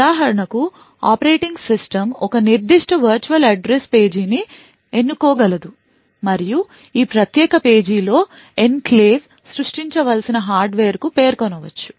ఉదాహరణకు operating system ఒక నిర్దిష్ట వర్చువల్ అడ్రస్ పేజీని ఎన్నుకో గలదు మరియు ఈ ప్రత్యేక పేజీ లో ఎన్క్లేవ్ సృష్టించవలసిన హార్డ్వేర్కు పేర్కొనవచ్చు